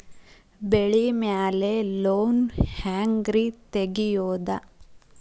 ಬೆಳಿ ಮ್ಯಾಲೆ ಲೋನ್ ಹ್ಯಾಂಗ್ ರಿ ತೆಗಿಯೋದ?